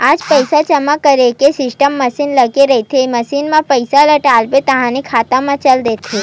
आज पइसा जमा करे के सीडीएम मसीन लगे रहिथे, मसीन म पइसा ल डालबे ताहाँले खाता म चल देथे